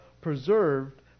preserved